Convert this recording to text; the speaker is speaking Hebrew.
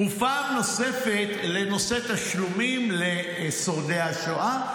ופעם נוספת לנושא תשלומים לשורדי השואה,